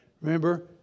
Remember